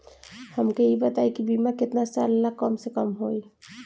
हमके ई बताई कि बीमा केतना साल ला कम से कम होई?